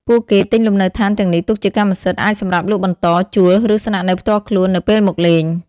ពួកគេទិញលំនៅឋានទាំងនេះទុកជាកម្មសិទ្ធិ អាចសម្រាប់លក់បន្ត ជួល ឬស្នាក់នៅផ្ទាល់ខ្លួននៅពេលមកលេង។